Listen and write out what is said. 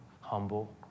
humble